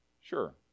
Sure